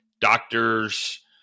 doctors